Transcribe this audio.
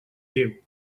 lleu